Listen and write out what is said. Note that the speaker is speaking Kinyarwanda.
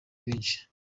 benshi